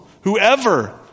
whoever